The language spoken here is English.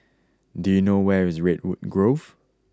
do you know where is Redwood Grove